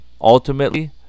ultimately